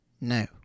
No